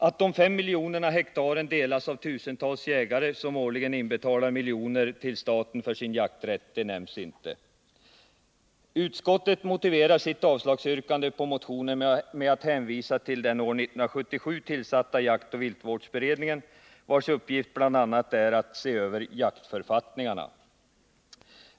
Att dessa 5 miljoner ha delas av tusentals jägare som årligen inbetalar miljoner till staten för sin jakträtt nämns inte. Utskottet motiverar sitt yrkande om avslag på motionen med att hänvisa till den år 1977 tillsatta jaktoch viltvårdsberedningen, vars uppgift bl.a. är att se över jaktförfattningarna.